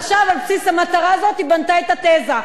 עכשיו, על בסיס המטרה הזאת היא בנתה את התזה.